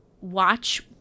Watch